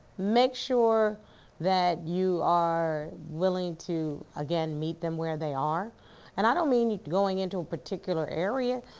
make sure that you are willing to again, meet them where they are and i don't mean going into a particular area,